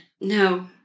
No